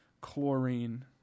Chlorine